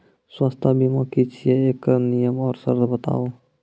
स्वास्थ्य बीमा की छियै? एकरऽ नियम आर सर्त बताऊ?